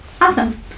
awesome